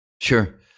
Sure